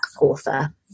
Author